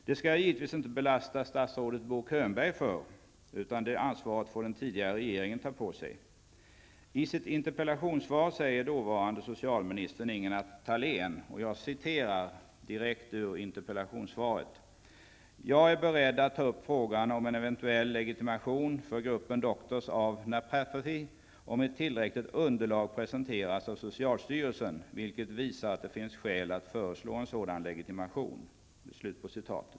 Det skall jag givetvis inte belasta statsrådet Bo Könberg, utan det ansvaret får den tidigare regeringen ta på sig. I sitt interpellationssvar säger dåvarande socialministern Ingela Thalén: ''Jag är beredd att ta upp frågan om en eventuell legitimation för gruppen Doctors of Naprapathy om ett tillräckligt underlag presenteras av socialstyrelsen, vilket visar att det finns skäl att föreslå en sådan legitimation.''